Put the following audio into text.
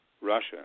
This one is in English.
Russia